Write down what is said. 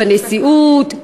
בנשיאות,